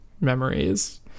memories